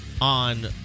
on